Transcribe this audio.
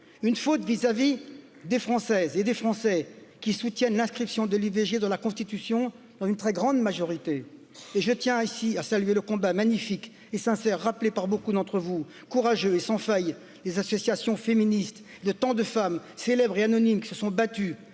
une faute vis à vis des Françaises et des Français qui soutiennent l'inscription de l'ivg dans la Constitution dans dans une très grande majorité et je tiens, ici à saluer Le combat magnifique et sincère, rappelé par beaucoup d'entre vous courageux et sans faille des associations féministes, de tant de femmes célèbres et anonymes, se sont battues